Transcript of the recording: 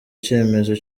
cyemezo